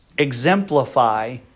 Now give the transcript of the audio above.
exemplify